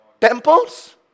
Temples